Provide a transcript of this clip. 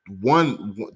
one